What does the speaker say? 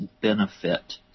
benefit